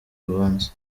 urubanza